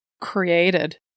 created